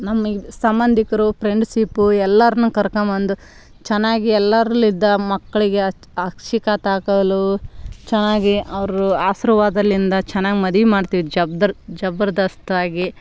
ನಮಗೆ ಸಂಭಂದಿಕರು ಪ್ರೆಂಡ್ಸಿಪ್ಪು ಎಲ್ಲರನು ಕರೆಕೊಂ ಬಂದು ಚೆನ್ನಾಗಿ ಎಲ್ಲರ್ಲ್ಲಿಂದ ಮಕ್ಳಿಗೆ ಅಕ್ಷತೆ ಹಾಕಲು ಚೆನ್ನಾಗಿ ಅವರು ಆಶೀರ್ವಾದದಿಂದ ಚೆನ್ನಾಗಿ ಮದ್ವೆ ಮಾಡ್ತೀವಿ ಜಬ್ದರ ಜಬರ್ದಸ್ತ ಆಗಿ